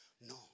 No